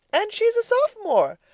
and she's a sophomore!